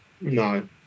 No